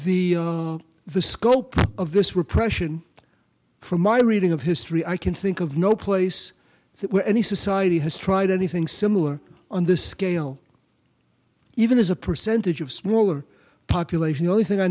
the the scope of this repression from my reading of history i can think of no place where any society has tried anything similar on this scale even as a percentage of smaller population only thing i